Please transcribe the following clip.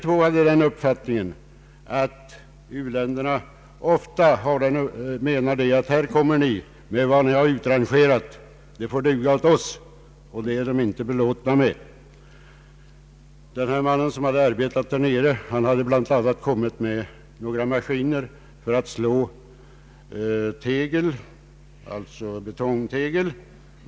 Båda hade den uppfattningen att man i u-länderna ofta säger: ”Här kommer ni med vad ni har utrangerat och det får duga åt oss.” Detta är de inte belåtna med. Den man som hade arbetat där nere hade bl.a. kommit med några maskiner för att slå betongtegel.